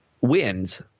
wins